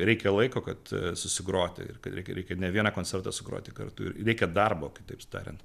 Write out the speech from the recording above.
reikia laiko kad susigroti ir kad reikia reikia ne vieną koncertą sugroti kartu reikia darbo kitaip tariant